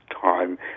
time